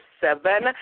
seven